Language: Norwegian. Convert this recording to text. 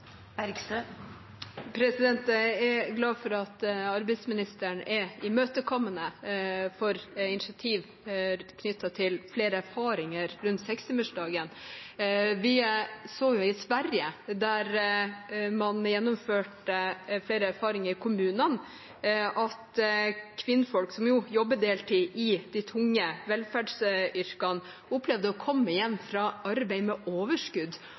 Jeg er glad for at arbeidsministeren er imøtekommende til initiativer knyttet til flere erfaringer rundt sekstimersdagen. I Sverige, der man gjennomførte dette i flere kommuner, erfarte man at kvinner, som jo jobber deltid i de tunge velferdsyrkene, opplevde å komme hjem fra arbeid med overskudd.